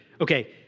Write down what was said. okay